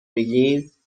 میگیم